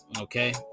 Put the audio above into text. Okay